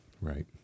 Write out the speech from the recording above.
Right